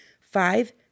five